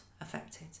affected